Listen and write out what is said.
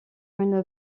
une